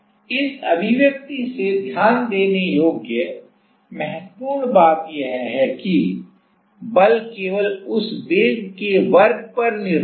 तो इस अभिव्यक्ति से ध्यान देने योग्य महत्वपूर्ण बात यह है कि बल केवल उस वेग के वर्ग पर निर्भर करता है